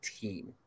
team